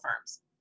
firms